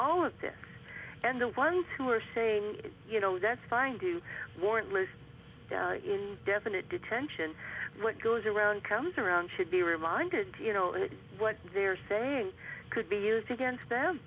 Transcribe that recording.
all of this and the ones who are saying you know that's fine do warrantless definite detention what goes around comes around should be reminded you know what they're saying could be used against them